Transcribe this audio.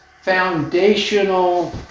Foundational